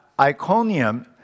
Iconium